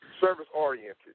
service-oriented